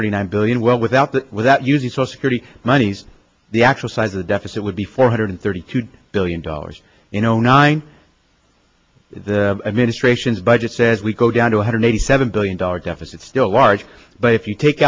thirty nine billion well without that without using so security monies the actual size of the deficit would be four hundred thirty two billion dollars you know nine the administration's budget says we go down two hundred eighty seven billion dollars deficit still large but if you take